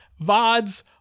vods